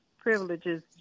privileges